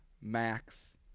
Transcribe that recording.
Max